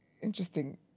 interesting